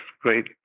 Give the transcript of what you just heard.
great